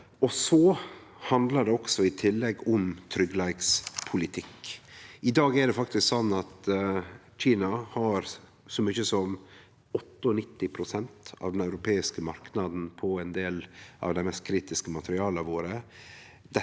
handlar det om tryggleikspolitikk. I dag er det faktisk sånn at Kina har så mykje som 98 pst. av den europeiske marknaden på ein del av dei mest kritiske materiala våre.